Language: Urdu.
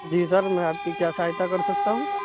جی سر میں آپ کی کیا سہایتا کر سکتا ہوں